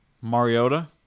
Mariota